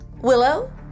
Willow